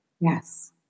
Yes